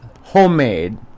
homemade